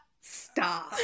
stop